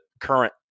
current